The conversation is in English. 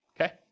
okay